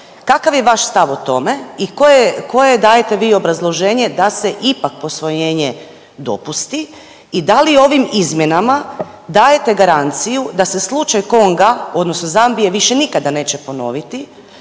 Kakav je vaš stav o tome i koje dajete vi obrazloženje da se ipak posvojenje dopusti i da li ovim izmjenama dajete garanciju da se slučaj Konga odnosno Zambije više nikada neće ponoviti?